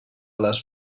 les